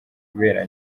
kubera